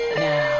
now